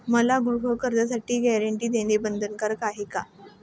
मला गृहकर्जासाठी गॅरंटी देणं बंधनकारक आहे का?